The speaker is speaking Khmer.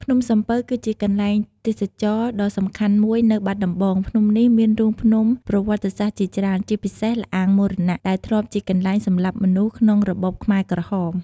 ភ្នំសំពៅគឺជាកន្លែងទេសចរណ៍ដ៏សំខាន់មួយនៅបាត់ដំបង ភ្នំនេះមានរូងភ្នំប្រវត្តិសាស្ត្រជាច្រើន ជាពិសេស ល្អាងមរណៈ ដែលធ្លាប់ជាកន្លែងសម្លាប់មនុស្សក្នុងរបបខ្មែរក្រហម។